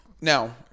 Now